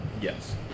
Yes